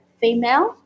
female